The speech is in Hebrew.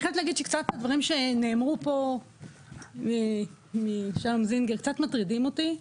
שקצת הדברים שנאמרו פה משלום זינגר קצת מטרידים אותי.